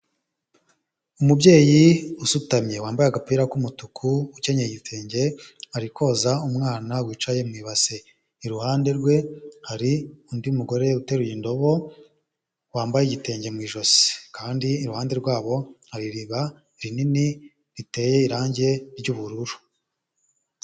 Umubyeyi usutamye wambaye agapira k'umutuku, ukenyeye igitenge ari koza umwana wicaye mu ibase, iruhande rwe hari undi mugore uteruye indobo wambaye igitenge mu ijosi, kandi iruhande rwabo hari iriba rinini riteye irange ry'ubururu.